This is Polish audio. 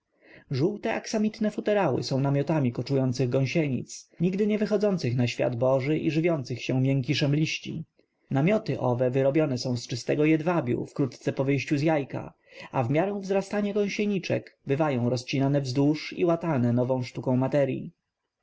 żółte aksamitne futerały są namiotami koczujących gąsienic nigdy nie wychodzących na świat boży i żywiących się miękiszem liści namioty owe wyrobione są z czystego jedwabiu wkrótce po wyjściu z jajka a w miarę wzrastania gąsieniczek bywają rozcinane wzdłuż i łatane nową sztuką materyi